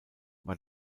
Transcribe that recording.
war